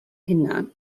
hunan